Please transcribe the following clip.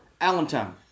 Allentown